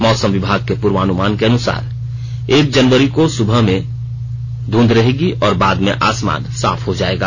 मौसम विभाग के पूर्वानुमान के अनुसार एक जनवारी को सुबह में धुंध रहेगी और बाद में आसमान साफ हो जायेगा